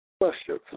questions